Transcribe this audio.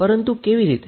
પરંતુ કેવી રીતે